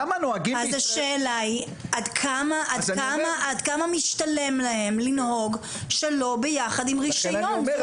אז השאלה היא עד כמה משתלם להם לנהוג שלא ביחד עם רישיון.